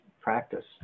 practice